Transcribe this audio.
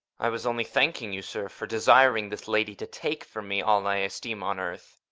i was only thanking you, sir, for desiring this lady to take from me all i esteem on earth.